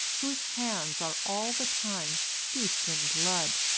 whose hands are all the time steeped in blood,